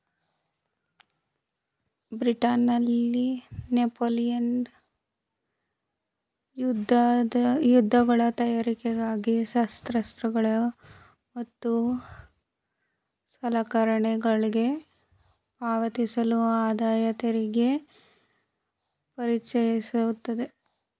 ಬ್ರಿಟನ್ನಲ್ಲಿ ನೆಪೋಲಿಯನ್ ಯುದ್ಧಗಳ ತಯಾರಿಗಾಗಿ ಶಸ್ತ್ರಾಸ್ತ್ರಗಳು ಮತ್ತು ಸಲಕರಣೆಗಳ್ಗೆ ಪಾವತಿಸಲು ಆದಾಯತೆರಿಗೆ ಪರಿಚಯಿಸಲಾಯಿತು